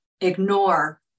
ignore